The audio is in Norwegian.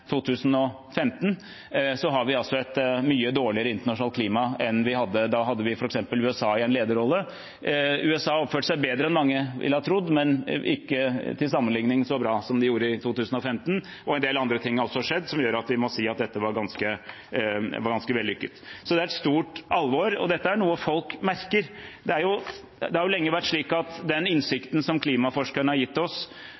2015 har et mye dårligere internasjonalt klima enn vi hadde. Da hadde vi f.eks. USA i en lederrolle. USA oppførte seg bedre enn mange ville ha trodd, men ikke til sammenligning så bra som de gjorde i 2015. En del andre ting har også skjedd som gjør at vi må si at dette var ganske vellykket. Så det er et stort alvor, og dette er noe folk merker. Det har lenge vært slik at den